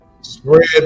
Spread